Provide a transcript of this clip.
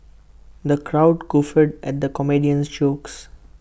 the crowd guffawed at the comedian's jokes